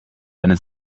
deine